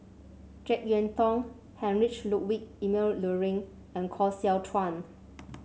JeK Yeun Thong Heinrich Ludwig Emil Luering and Koh Seow Chuan